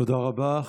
תודה רבה.